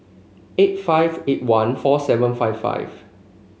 eight five eight one four seven five five